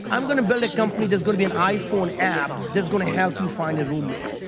i'm gonna build a company that's gonna be an iphone app that's gonna help you find a roommate.